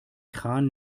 kran